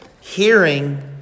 Hearing